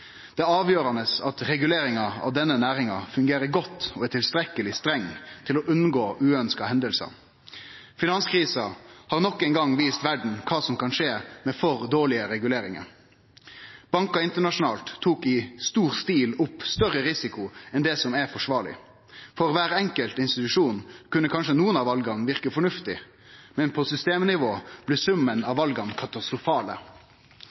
Det er avgjerande at reguleringa av denne næringa fungerer godt og er tilstrekkeleg streng, for å unngå uønskte hendingar. Finanskrisa har nok ein gong vist verda kva som kan skje med for dårlege reguleringar. Bankar internasjonalt tok i stor stil opp større risiko enn det som var forsvarleg. For kvar enkelt institusjon kunne kanskje nokre av vala verke fornuftige, men på systemnivå blei summen